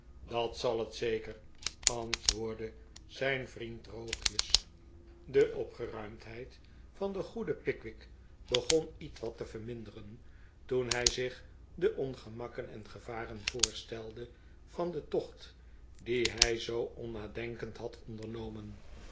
dat zal het zeker antwoordde zijn vriend droogjes be opgeruimdheid van den goeden pickwick begon ietwat te verminderen toen hij zich de ongemakken en gevaren voorstelde van den tocht dien hij zoo onnadenkend had ondernomen